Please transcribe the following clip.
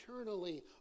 eternally